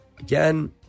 Again